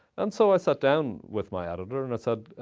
and so i sat down with my editor and i said,